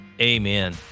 amen